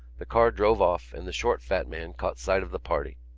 the car drove off and the short fat man caught sight of the party.